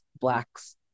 Blacks